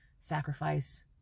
sacrifice